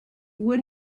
would